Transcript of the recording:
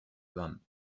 sun